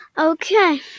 Okay